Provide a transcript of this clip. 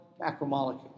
macromolecules